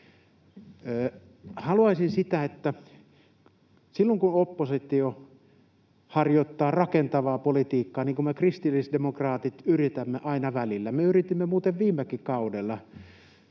Haluaisin sitä, että silloin, kun oppositio harjoittaa rakentavaa politiikkaa, niin kuin me kristillisdemokraatit yritämme aina välillä — me yritimme muuten viimekin kaudella,